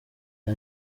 rya